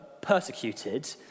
persecuted